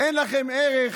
אין לכם ערך